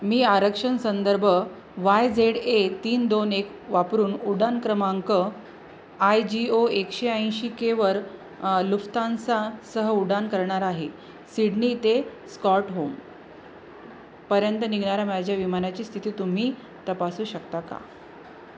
मी आरक्षण संदर्भ Y Z A तीन दोन एक वापरून उड्डाण क्रमांक आय जी ओ एकशे ऐंशी केवर लुप्तांचासह उड्डाण करणार आहे सिडनी ते स्कॉटहोमपर्यंत निघणाऱ्या माझ्या विमानाची स्थिती तुम्ही तपासू शकता का